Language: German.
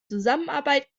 zusammenarbeit